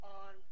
on